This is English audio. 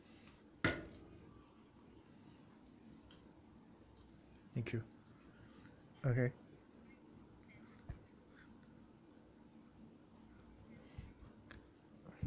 thank you okay